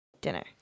dinner